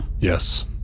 Yes